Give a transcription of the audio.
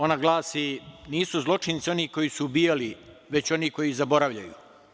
Ona glasi: „Nisu zločinci oni koji su ubijali, već oni koji zaboravljaju“